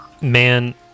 Man